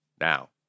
now